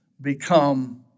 become